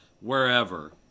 wherever